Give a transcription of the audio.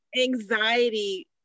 anxiety